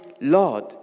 Lord